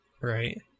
Right